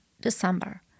December